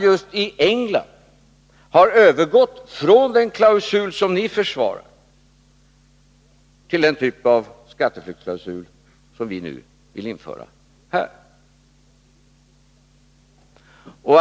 Just i England har man övergått från den klausul som ni försvarar till den typ av skatteflyktsklausul som vi nu vill införa här.